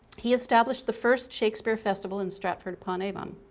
he established the first shakespeare festival in stratford-upon-avon.